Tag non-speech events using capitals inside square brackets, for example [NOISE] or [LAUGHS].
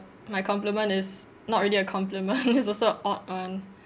my compliment is not really a compliment [LAUGHS] it's also a odd one